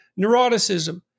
neuroticism